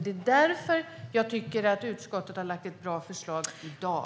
Det är därför jag tycker att utskottet har lagt fram ett bra förslag i dag.